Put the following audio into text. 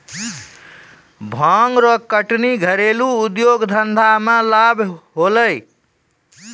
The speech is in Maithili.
भांग रो कटनी घरेलू उद्यौग धंधा मे लाभ होलै